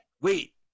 Wait